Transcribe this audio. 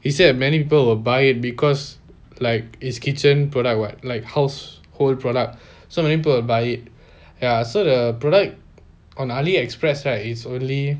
he said many people will buy it because like it's kitchen product what like household product so many people will buy it ya so the product on ali express right is only